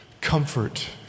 Comfort